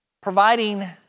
Providing